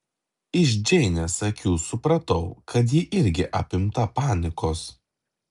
iš džeinės akių supratau kad ji irgi apimta panikos